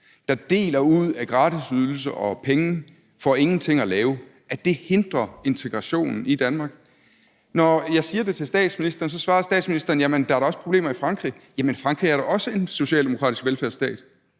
der deler ud af gratisydelser og penge for ingenting at lave, hindrer integrationen i Danmark. Når jeg siger det til statsministeren, svarer statsministeren: Jamen der er da også problemer i Frankrig. Jamen Frankrig er da også en socialdemokratisk velfærdsstat;